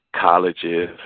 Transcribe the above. colleges